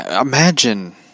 Imagine